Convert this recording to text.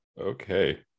okay